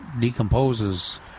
decomposes